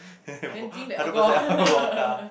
hundred percent vodka